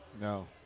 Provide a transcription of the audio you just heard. No